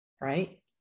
Right